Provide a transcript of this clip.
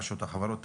רשות החברות ...